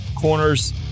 Corners